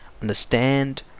understand